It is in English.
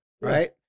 right